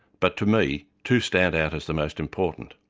but to me, two stand out as the most important.